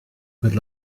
per